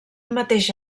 mateix